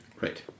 right